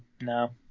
no